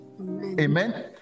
Amen